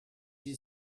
you